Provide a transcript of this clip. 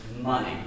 money